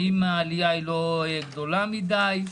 האם העלייה לא גדולה מידי?